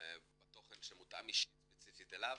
בתוכן שמותאם אישית ספציפית אליו.